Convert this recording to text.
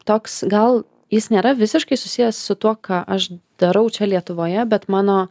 toks gal jis nėra visiškai susijęs su tuo ką aš darau čia lietuvoje bet mano